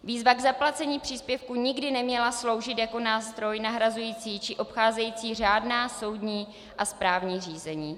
Výzva k zaplacení příspěvku nikdy neměla sloužit jako nástroj nahrazující či obcházející řádná soudní a správní řízení.